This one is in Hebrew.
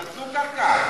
אבל תנו קרקע.